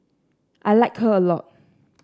I like her a lot